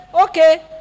okay